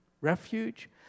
refuge